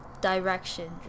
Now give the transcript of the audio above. direction